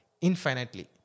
infinitely